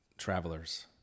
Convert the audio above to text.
travelers